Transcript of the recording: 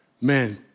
Man